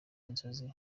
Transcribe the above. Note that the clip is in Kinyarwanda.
inzozi